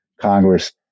congress